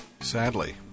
Sadly